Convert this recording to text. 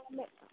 मैं